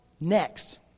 next